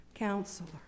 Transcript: Counselor